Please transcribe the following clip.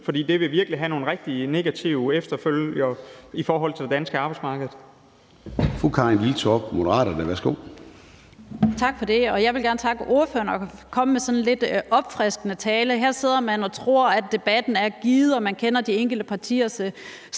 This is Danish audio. For det vil virkelig have nogle rigtig negative eftervirkninger i forhold til det danske arbejdsmarked.